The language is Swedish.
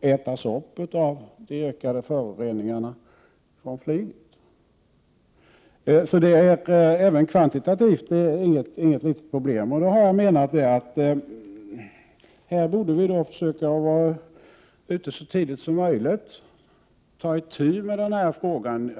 ätas upp av de ökade föroreningarna från flyget. Även kvantitativt är detta alltså inget litet problem. Jag har menat att vi här borde försöka vara ute så tidigt som möjligt och ta itu med frågan.